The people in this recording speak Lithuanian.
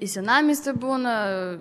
į senamiestį būna